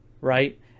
right